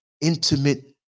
intimate